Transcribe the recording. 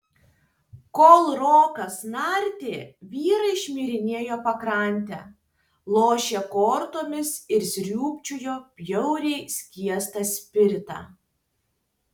kol rokas nardė vyrai šmirinėjo pakrante lošė kortomis ir sriūbčiojo bjauriai skiestą spiritą